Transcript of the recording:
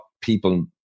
people